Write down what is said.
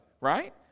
right